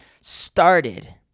started